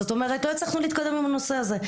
זאת אומרת, לא הצלחנו להתקדם בנושא הזה.